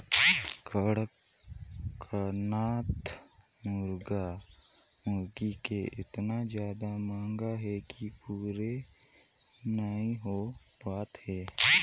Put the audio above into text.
कड़कनाथ मुरगा मुरगी के एतना जादा मांग हे कि पूरे नइ हो पात हे